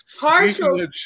partial